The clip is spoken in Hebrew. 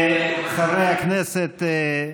חברי הכנסת,